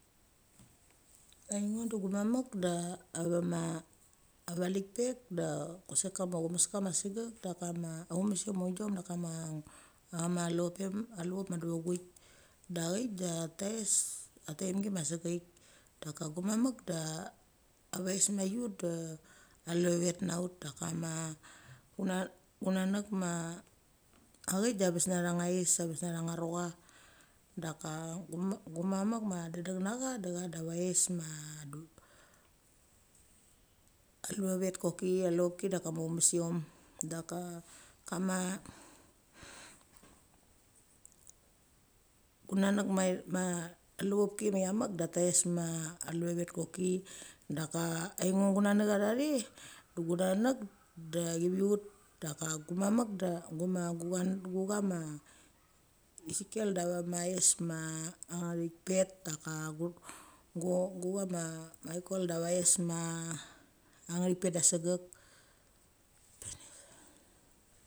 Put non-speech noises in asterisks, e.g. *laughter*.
Ngo de gumamek da avama valik pek da chusek kama aumeska ma segak daka ma amusium ma aungiom daka ma al levop ma deva ghoik. Da acheik da ka guma mek da vaes na ut da ale vavet na ut daka ma gunanek achaik da bes na thang ngaes abes nanga rocha. Daka gummek ma de deng na cha de cha da vaes ma *hesitation* ale vavet nanga koki alevopki da aumesiom. Daka kama, gunanek ma levopki ma thia mek da taes ma levavet koki. Da ka aingo gunanek tha the de gunanek da chivil ut daka gumamek da gucha ma esikiel da vama aes ma ngithik pet. Daka gucha ma michel da vaes ma ngithipet da segak. *noise*